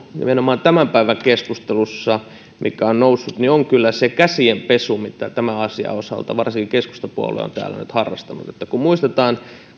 nimenomaan tämän päivän keskustelussa on kyllä se käsienpesu mitä tämän asian osalta varsinkin keskustapuolue on täällä nyt harrastanut kun muistetaan